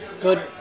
Good